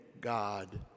God